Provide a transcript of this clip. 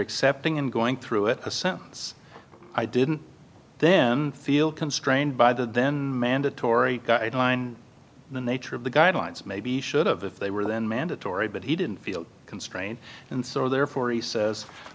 accepting and going through it a sentence i didn't then feel constrained by that then mandatory guideline the nature of the guidelines maybe should have if they were then mandatory but he didn't feel constrained and so therefore he says